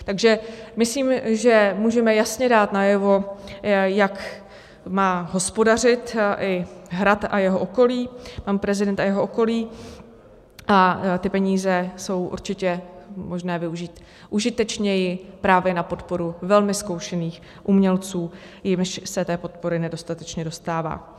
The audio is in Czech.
Takže myslím, že můžeme jasně dát najevo, jak má hospodařit i Hrad a jeho okolí, pan prezident a jeho okolí, a ty peníze je určitě možné využít užitečněji právě na podporu velmi zkoušených umělců, jimž se té podpory nedostatečně dostává.